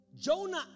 Jonah